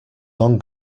long